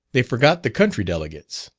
they forgot the country delegates,